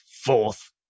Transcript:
fourth